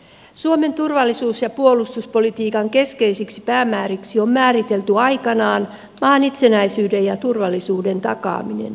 suomen turvallisuus ja puolustuspolitiikan keskeisiksi päämääriksi on määritelty aikanaan maan itsenäisyyden ja turvallisuuden takaaminen